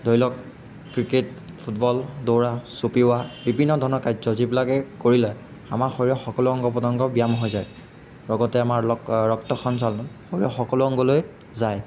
ধৰি লওক cricket football দৌৰা জঁপিওৱা বিভিন্ন ধৰণৰ কাৰ্য যিবিলাকে কৰিলে আমাৰ শৰীৰৰ সকলো অংগ প্ৰত্যংগৰ ব্যায়াম হৈ যায় লগতে আমাৰ ৰক্ত সঞ্চালন শৰীৰৰ সকলো অংগলৈ যায়